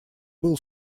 был